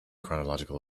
chronological